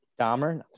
Dahmer